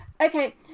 Okay